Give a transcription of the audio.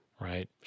right